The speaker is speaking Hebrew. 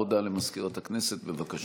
הודעה למזכירת הכנסת, בבקשה.